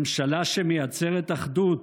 ממשלה שמייצרת אחדות,